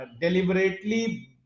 deliberately